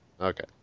Okay